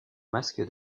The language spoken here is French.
masque